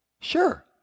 Sure